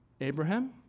Abraham